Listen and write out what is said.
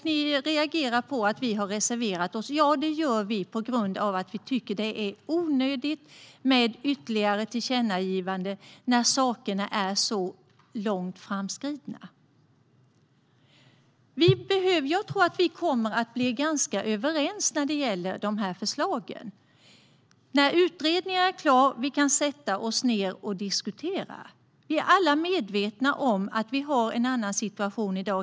Ni reagerar på att vi har reserverat oss, men vi har gjort detta på grund av att vi tycker att det är onödigt med ytterligare tillkännagivanden när sakerna är så långt framskridna. Jag tror att vi kommer att bli ganska överens vad gäller dessa förslag när utredningen är klar och vi kan sätta oss ned och diskutera. Vi är alla medvetna om att vi har en annan situation i dag.